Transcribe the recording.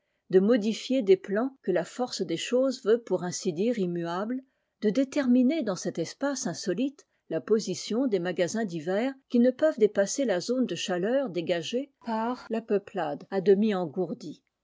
de modifier des plans que la force des choses veut pour ainsi dire immuables de déterminer dans cet espace insolite la position des magasins d'hiver qui ne peuvent dépasser la zone de chaleur dégagée par la peuplade à demi engourdie